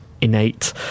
innate